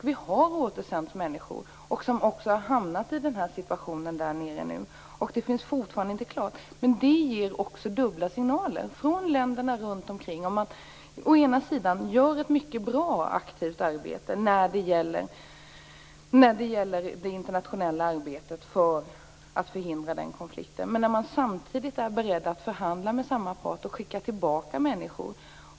Vi har återsänt människor, som också har hamnat i den här situationen där nere. Det är fortfarande inte klart. Men det ger också dubbla signaler från länderna runt omkring, när man å ena sidan gör en mycket bra och aktiv insats i det internationella arbetet för att förhindra konflikter, men å andra sidan samtidigt är beredd att förhandla med samma part och skickar tillbaka människor.